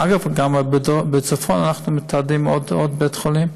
אגב, גם בצפון אנחנו מתכננים עוד בית-חולים,